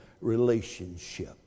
relationship